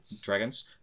Dragons